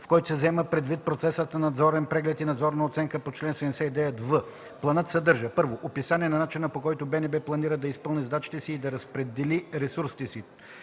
в който се взема предвид процесът на надзорен преглед и надзорна оценка по чл. 79в. Планът съдържа: 1. описание на начина, по който БНБ планира да изпълни задачите си и да разпредели ресурсите си;